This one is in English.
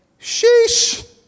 Sheesh